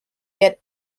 get